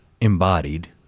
embodied